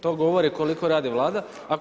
To govori koliko radi vlada.